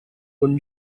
con